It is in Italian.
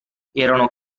erano